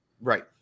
Right